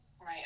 Right